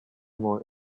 more